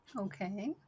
okay